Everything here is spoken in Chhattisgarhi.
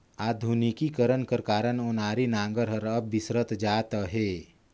आधुनिकीकरन कर कारन ओनारी नांगर हर अब बिसरत जात अहे